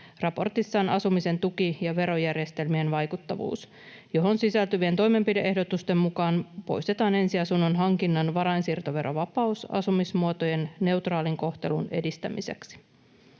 raportissaan ”Asumisen tuki ja verojärjestelmien vaikuttavuus”, johon sisältyvien toimenpide-ehdotusten mukaan ”poistetaan ensiasunnon hankinnan varainsiirtoverovapaus asumismuotojen neutraalin kohtelun edistämiseksi”.